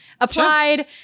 Applied